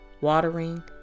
watering